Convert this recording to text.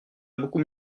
beaucoup